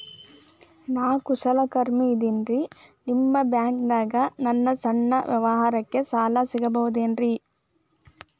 ನಾ ಕುಶಲಕರ್ಮಿ ಇದ್ದೇನ್ರಿ ನಿಮ್ಮ ಬ್ಯಾಂಕ್ ದಾಗ ನನ್ನ ಸಣ್ಣ ವ್ಯವಹಾರಕ್ಕ ಸಾಲ ಸಿಗಬಹುದೇನ್ರಿ?